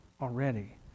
already